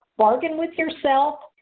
bargain with yourself,